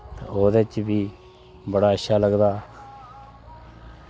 ओह्दे च बी बड़ा अच्छा लगदा